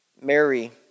Mary